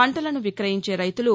పంటలను విక్రయించే రైతులు